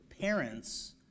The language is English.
parents